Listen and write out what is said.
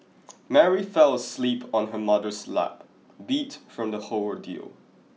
Mary fell asleep on her mother's lap beat from the whole ordeal